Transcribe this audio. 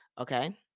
okay